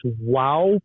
Wow